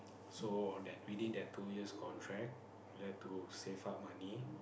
so on that within the two years contract I have to save up money